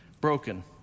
broken